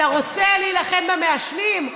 אתה רוצה להילחם במעשנים?